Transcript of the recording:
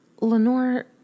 Lenore